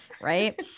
Right